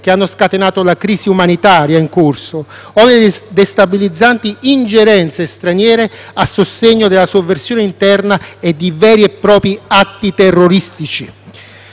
che hanno scatenato la crisi umanitaria in corso o le destabilizzanti ingerenze straniere a sostegno della sovversione interna, e di veri e propri atti terroristici.